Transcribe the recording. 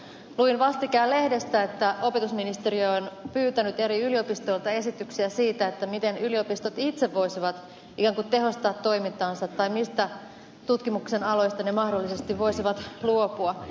luin vastikään lehdestä että opetusministeriö on pyytänyt eri yliopistoilta esityksiä siitä miten yliopistot itse voisivat ikään kuin tehostaa toimintaansa tai mistä tutkimuksen aloista ne mahdollisesti voisivat luopua